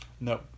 No